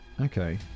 Okay